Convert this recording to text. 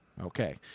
Okay